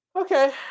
Okay